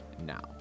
now